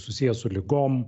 susiję su ligom